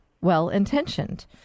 well-intentioned